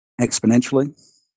exponentially